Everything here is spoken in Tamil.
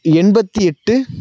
எண்பத்தி எட்டு